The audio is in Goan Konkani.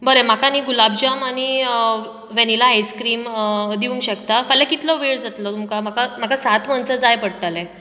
बरें म्हाका नी गुलाब जाम आनी वनिला आय्सक्रीम दिवंक शकता फाल्यां कितलो वेळ जातलो तुमका म्हाका म्हाका सात म्हणसर जाय पडटले